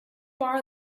bar